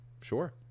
sure